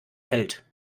hält